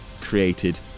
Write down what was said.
created